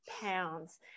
pounds